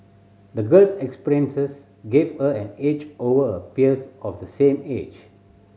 the girl's experiences gave her an edge over her peers of the same age